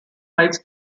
heights